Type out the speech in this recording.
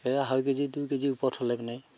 সেই আঢ়ৈ কেজি দুই কেজি ওপৰত হ'লে মানে